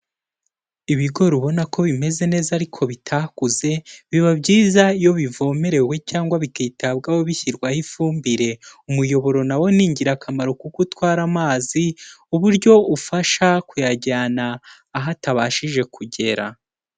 Ibigori ubona ko bimeze neza ariko bitakuze, biba byiza iyo bivomerewe cyangwa bikitabwaho bishyirwaho ifumbire umuyoboro na wo ni ingirakamaro kuko utwara amazi, uburyo ufasha kuyajyana aho atabashije kugera.